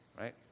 right